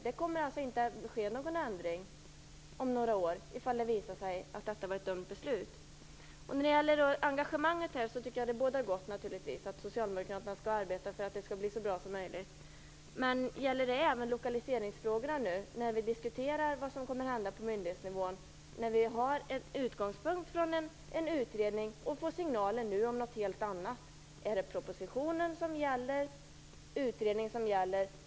Det kommer inte att ske någon ändring om några år om det skulle visa sig att detta var ett dumt beslut. Jag tycker att engagemanget bådar gott. Socialdemokraterna skall arbeta för att det blir så bra som möjligt. Men gäller det även lokaliseringsfrågorna? Vi diskuterar vad som kommer att hända på myndighetsnivån. Vi har en utgångspunkt i en utredning, och vi får nu signal om något helt annat. Är det propositionen eller utredningen som gäller?